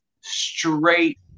straight